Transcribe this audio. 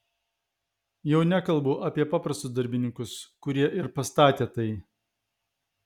jau nekalbu apie paprastus darbininkus kurie ir pastatė tai